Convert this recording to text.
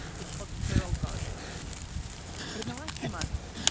it's called carroll gardens but in the last few months,